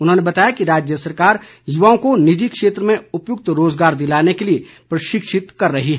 उन्होंने बताया कि राज्य सरकार युवाओं को निजि क्षेत्र में उपयुक्त रोज़गार दिलाने के लिए प्रशिक्षित कर रही है